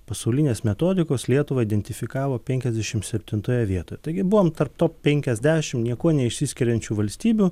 pasaulinės metodikos lietuvą identifikavo penkiasdešimt septintoje vietoje taigi buvome tarp top penkiasdešim niekuo neišsiskiriančių valstybių